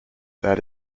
that